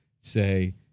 say